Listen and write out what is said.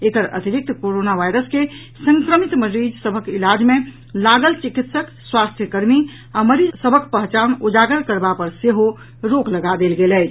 एकर अतिरिक्त corona virus के संक्रमित मरीज सभक इलाज मे लागल चिकित्सक स्वास्थ्य कर्मी आ मरीज सभक पहचान उजागर करबा पर सेहो रोक लगा देल गेल अछि